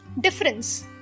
difference